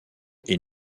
est